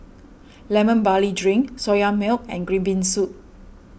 Lemon Barley Drink Soya Milk and Green Bean Soup